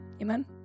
Amen